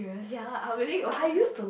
ya I really also cannot